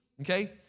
okay